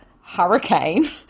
hurricane